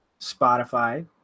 Spotify